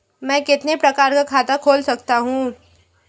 मैं कितने प्रकार का खाता खोल सकता हूँ?